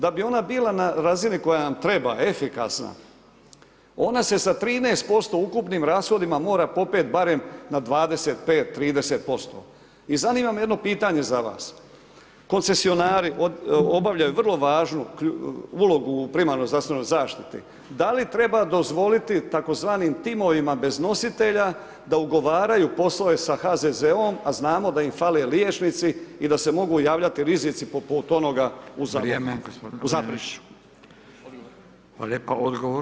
Da bi ona bila na razini koja nam treba, efikasna ona se sa 13% ukupnim rashodima mora popet barem na 25, 30% i zanima me jedno pitanje za vas koncesionari obavljaju vrlo važnu ulogu u primarnoj zdravstvenoj zaštiti da li treba dozvoliti tzv. timovima bez nositelja da ugovaraju poslove sa HZZO-om a znamo da im fale liječnici i da se mogu javljati rizici poput onoga u Zaboku [[Upadica: Vrijeme.]] u Zaprešiću.